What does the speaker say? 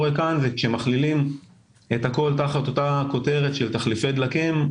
כשמכללים כאן את הכול תחת אותה כותרת של תחליפי דלקים,